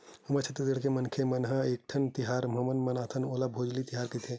हमर छत्तीसगढ़ के मनखे मन ह एकठन तिहार हमन मनाथन ओला भोजली तिहार कइथे